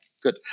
good